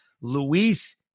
Luis